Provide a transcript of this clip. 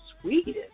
Sweden